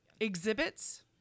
exhibits